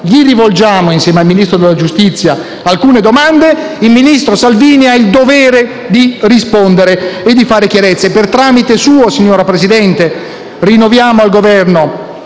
gli rivolgiamo, insieme al Ministro della giustizia, alcune domande e il ministro Salvini ha il dovere di rispondere e di fare chiarezza. Per tramite suo, signor Presidente, rinnoviamo al Governo